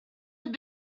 have